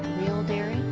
real dairy,